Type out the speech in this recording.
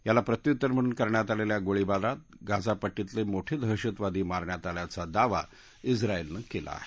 याला प्रत्युत्तर म्हणून करण्यात आलेल्या गोळीबारात गाझापट्टीतले मोठे दहशतवादी मारण्यात आल्याचा दावा इस्रायलनं केला आहे